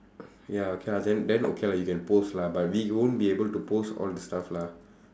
ya okay lah then then okay lah you can post lah but we won't be able to post all the stuff lah